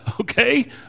okay